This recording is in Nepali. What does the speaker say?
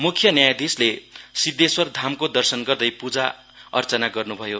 मुख्य न्यायाधिसले शिद्धेश्वर धानको दर्शन गर्दै पूजा अर्चना गर्नुभयो